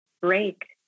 break